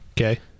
Okay